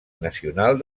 nacional